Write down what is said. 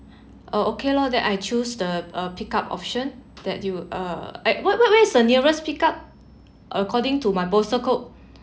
oh okay loh then I choose the uh pick up option that you uh I what what where is the nearest pick up according to my postal code